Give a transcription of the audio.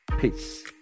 Peace